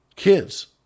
kids